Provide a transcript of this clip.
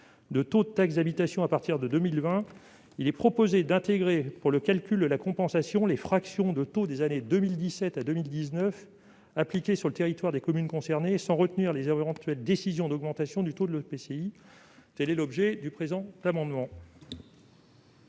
de taux de taxe d'habitation à partir de 2020, nous proposons d'intégrer au calcul les fractions de taux des années 2017 à 2019 appliquées sur le territoire des communes concernées, sans retenir les éventuelles décisions d'augmentation du taux de l'EPCI. Quel est l'avis de la commission